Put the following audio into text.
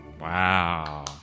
Wow